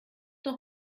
noch